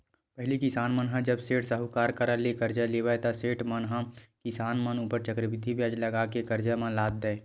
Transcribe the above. पहिली किसान मन ह जब सेठ, साहूकार करा ले करजा लेवय ता सेठ मन ह किसान मन ऊपर चक्रबृद्धि बियाज लगा लगा के करजा म लाद देय